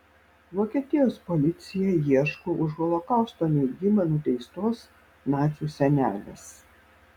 vokietijos policija ieško už holokausto neigimą nuteistos nacių senelės